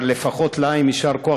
אבל לפחות להם יישר כוח,